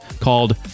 called